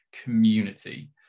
community